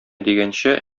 дигәнче